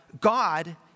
God